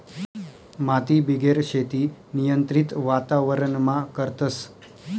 मातीबिगेर शेती नियंत्रित वातावरणमा करतस